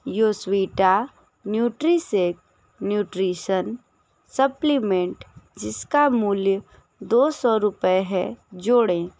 योस्वीटा न्यूट्रीसेक nutrition supplement जिसका मूल्य दो सौ रूपए है जोड़ें